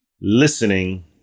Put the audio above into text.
listening